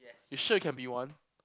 you sure you can be one